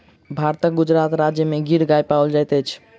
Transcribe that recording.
भारतक गुजरात राज्य में गिर गाय पाओल जाइत अछि